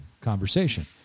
conversation